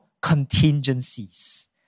contingencies